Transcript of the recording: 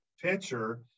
pitcher